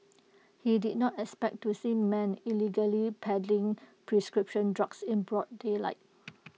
he did not expect to see men illegally peddling prescription drugs in broad daylight